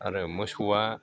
आरो मोसौआ